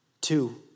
Two